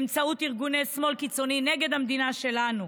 באמצעות ארגוני השמאל הקיצוני, נגד המדינה שלנו.